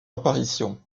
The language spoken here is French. apparition